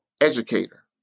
educator